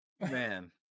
man